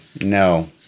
No